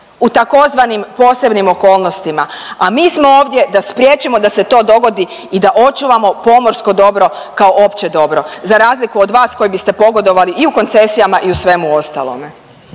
u tzv. posebnim okolnostima, a mi smo ovdje da spriječimo da se to dogodi i da očuvao pomorsko dobro kao opće dobro, za razliku od vas koji biste pogodovali i u koncesijama i u svemu ostalome.